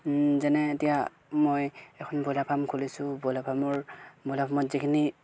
যেনে এতিয়া মই এখন ব্ৰইলাৰ ফাৰ্ম খুলিছোঁ ব্ৰইলাৰ ফাৰ্মৰ ব্ৰইলাৰ ফাৰ্মত যিখিনি